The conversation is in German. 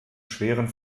schweren